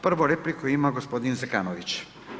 Prvu repliku ima gospodin Zekanović.